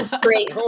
Great